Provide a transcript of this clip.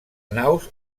naus